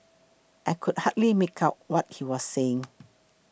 I could hardly make out what he was saying